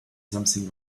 something